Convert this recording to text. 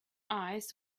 eyes